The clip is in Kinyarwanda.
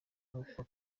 kuko